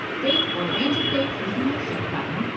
date or range of dates using the shift button,